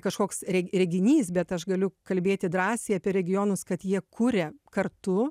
kažkoks re reginys bet aš galiu kalbėti drąsiai apie regionus kad jie kūria kartu